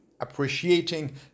appreciating